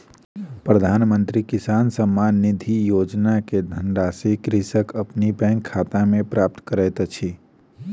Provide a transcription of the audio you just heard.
प्रधानमंत्री किसान सम्मान निधि योजना के धनराशि कृषक अपन बैंक खाता में प्राप्त करैत अछि